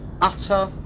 utter